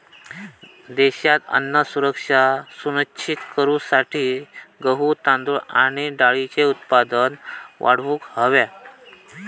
देशात अन्न सुरक्षा सुनिश्चित करूसाठी गहू, तांदूळ आणि डाळींचा उत्पादन वाढवूक हव्या